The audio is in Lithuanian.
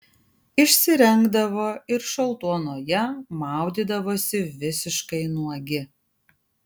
išsirengdavo ir šaltuonoje maudydavosi visiškai nuogi